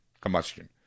combustion